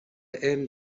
علم